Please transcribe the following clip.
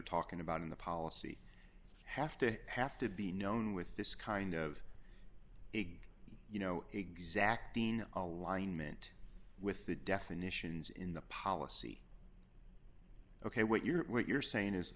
talking about in the policy have to have to be known with this kind of aig you know exacting alignment with the definitions in the policy ok wait you're what you're saying is